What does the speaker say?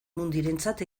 mundirentzat